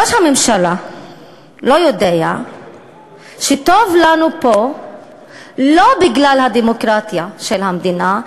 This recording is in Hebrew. ראש הממשלה לא יודע שטוב לנו פה לא בגלל הדמוקרטיה של המדינה,